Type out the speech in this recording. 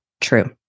true